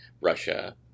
Russia